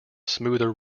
smoother